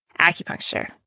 Acupuncture